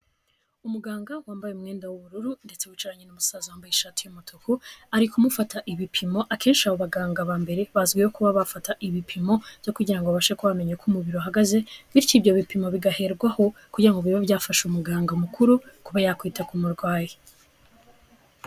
Umuganga wambaye umwenda w'ubururu ndetse wicaranye n'umusaza wambaye ishati y'umutuku, ari kumufata ibipimo. Akenshi abo baganga ba mbere, bazwiho kuba bafata ibipimo byo kugira ngo babashe kuba bamenya uko umubiri uhagaze, bityo ibyo bipimo bigaherwaho, kugira ngo bibe byafashe umuganga mukuru, kuba yakwita ku murwayi.